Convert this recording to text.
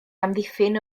amddiffyn